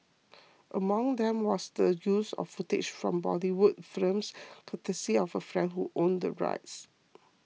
among them was the use of footage from Bollywood films courtesy of a friend who owned the rights